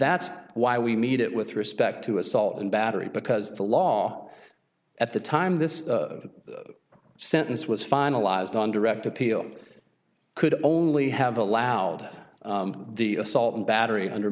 that's why we need it with respect to assault and battery because the law at the time this sentence was finalized on direct appeal could only have allowed the assault and battery under